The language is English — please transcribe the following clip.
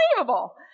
unbelievable